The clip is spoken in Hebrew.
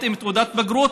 להיות עם תעודת בגרות,